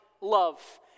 love